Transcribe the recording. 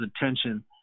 attention